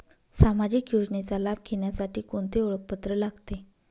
सामाजिक योजनेचा लाभ घेण्यासाठी कोणते ओळखपत्र लागते?